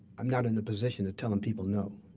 i'm not in a position to telling people no